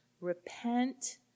repent